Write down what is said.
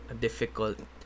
difficult